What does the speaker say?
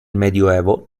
medioevo